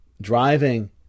driving